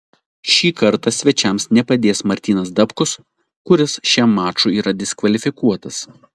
šį kartą svečiams nepadės martynas dapkus kuris šiam mačui yra diskvalifikuotas